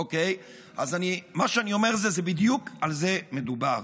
אוקיי, אז מה שאני אומר, בדיוק על זה מדובר.